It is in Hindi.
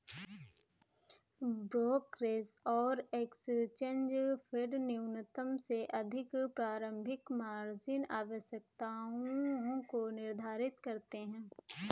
ब्रोकरेज और एक्सचेंज फेडन्यूनतम से अधिक प्रारंभिक मार्जिन आवश्यकताओं को निर्धारित करते हैं